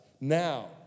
now